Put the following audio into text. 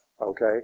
okay